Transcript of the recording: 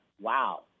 wow